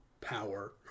power